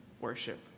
worship